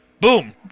Boom